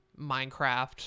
Minecraft